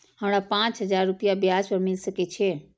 हमरा पाँच हजार रुपया ब्याज पर मिल सके छे?